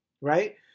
right